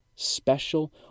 special